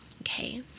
okay